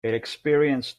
inexperienced